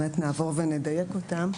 באמת נעבור ונדייק אותם,